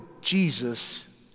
Jesus